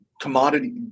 commodity